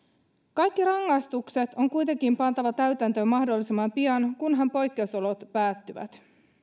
kaikki rangaistukset on kuitenkin pantava täytäntöön mahdollisimman pian kunhan poikkeusolot päättyvät